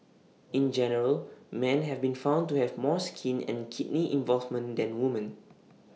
in general man have been found to have more skin and kidney involvement than woman